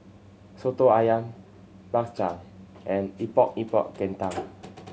Soto Ayam Bak Chang and Epok Epok Kentang